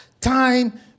Time